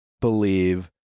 believe